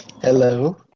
Hello